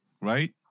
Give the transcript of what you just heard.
right